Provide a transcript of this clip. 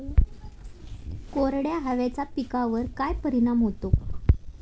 कोरड्या हवेचा पिकावर काय परिणाम होतो?